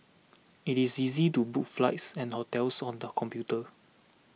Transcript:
it is easy to book flights and hotels on the computer